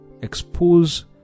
expose